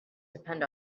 depend